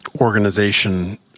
organization